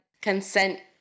consent